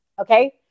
okay